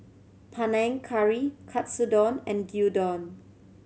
Panang Curry Katsudon and Gyudon